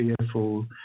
fearful